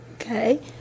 Okay